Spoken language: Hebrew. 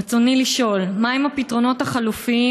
רצוני לשאול: 1. מהם הפתרונות החלופיים